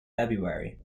february